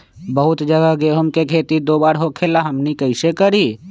बहुत जगह गेंहू के खेती दो बार होखेला हमनी कैसे करी?